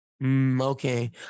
Okay